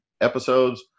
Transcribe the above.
episodes